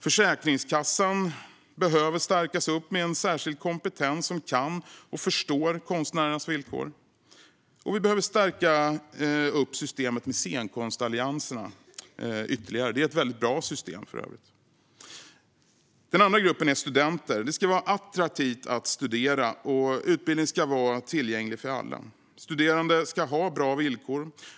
Försäkringskassan behöver stärkas med en särskild kompetens som känner till och förstår konstnärernas villkor. Vi behöver dessutom ytterligare stärka systemet med scenkonstallianserna. Detta är för övrigt ett väldigt bra system. Den andra gruppen är studenter. Det ska vara attraktivt att studera, och utbildning ska vara tillgänglig för alla. Studerande ska ha bra villkor.